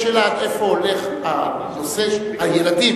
יש שאלה עד איפה הולך הנושא של הילדים.